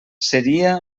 seria